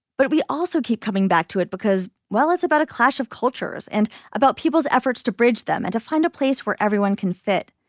but we also keep coming back to it because, well, it's about a clash of cultures and about people's efforts to bridge them and to find a place where everyone can fit.